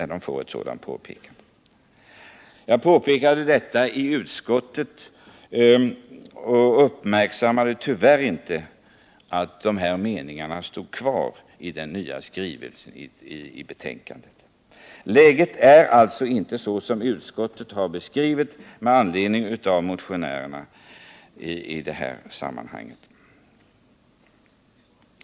Jag framhöll detta i utskottet men uppmärksammade tyvärr inte att de här meningarna stod kvar i den nya skrivningen i betänkandet. Läget är alltså inte sådant som utskottet har beskrivit det med anledning av motioner i sammanhanget.